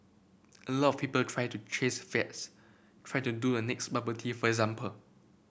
a lot of people try to chase fads try to do the next bubble tea for example